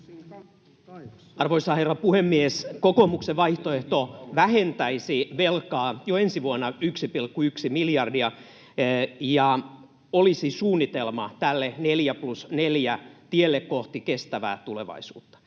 Arvoisa herra puhemies! Kokoomuksen vaihtoehto vähentäisi velkaa jo ensi vuonna 1,1 miljardia ja olisi suunnitelma tälle neljä plus neljä ‑tielle kohti kestävää tulevaisuutta.